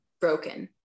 broken